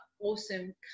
awesome